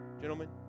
Gentlemen